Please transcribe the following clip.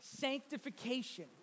sanctification